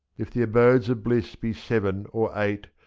if the abodes of bliss be seven or eight.